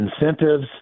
incentives